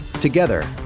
Together